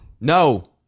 No